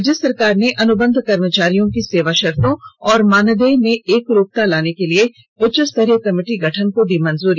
राज्य सरकार ने अनुबंध कर्मचारियों की सेवा शर्तों और मानदेय में एकरूपता तय करने के लिए उच्चस्तरीय कमेटी गठन को दी मंजूरी